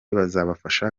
bazabafasha